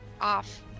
off